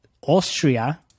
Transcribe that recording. Austria